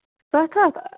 سَتھ ہَتھ